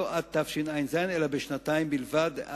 לא עד תשע"ז אלא בשנתיים בלבד,